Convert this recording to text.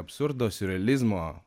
absurdo siurrealizmo